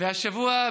והשבוע,